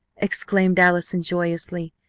exclaimed allison joyously.